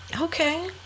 Okay